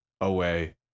away